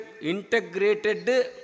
integrated